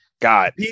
got